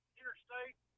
interstate